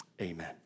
Amen